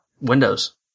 Windows